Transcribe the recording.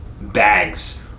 bags